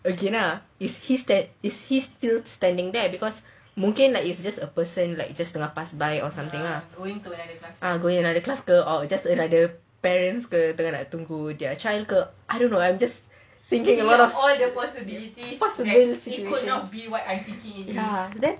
again lah if he is he still standing there because mungkin it's just a person like just passing by or something lah going another class or just another parent ke tengah nak tunggu their child I don't know I just thinking a lot of possibilities situation ya then